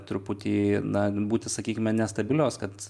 truputį na būti sakykime nestabilios kad